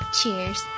cheers